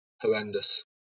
horrendous